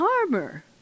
armor